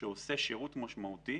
שעושה שירות משמעותי,